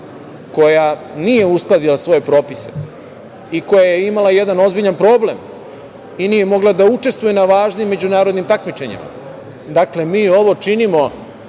koja nije uskladila svoje propise i koja je imala jedan ozbiljan problem i nije mogla da učestvuje na važnim međunarodnim takmičenjima. Dakle, mi ovo činimo